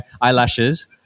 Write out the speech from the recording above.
eyelashes